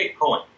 Bitcoin